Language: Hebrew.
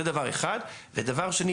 שנית,